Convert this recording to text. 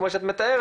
כמו שאת מתארת,